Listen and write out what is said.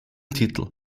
titel